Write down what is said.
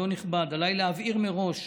אדון נכבד, עליי להבהיר מראש